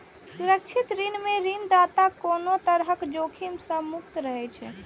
सुरक्षित ऋण मे ऋणदाता कोनो तरहक जोखिम सं मुक्त रहै छै